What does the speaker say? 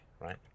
right